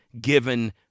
given